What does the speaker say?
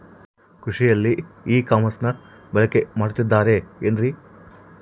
ಕೃಷಿಯಲ್ಲಿ ಇ ಕಾಮರ್ಸನ್ನ ಬಳಕೆ ಮಾಡುತ್ತಿದ್ದಾರೆ ಏನ್ರಿ?